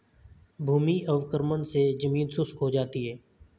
भूमि अवक्रमण मे जमीन शुष्क हो जाती है